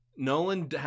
Nolan